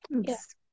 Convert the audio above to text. Yes